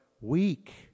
weak